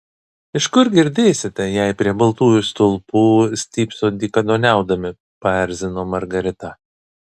iš kur girdėsite jei prie baltųjų stulpų stypsot dykaduoniaudami paerzino margarita